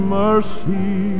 mercy